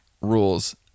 rules